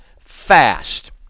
fast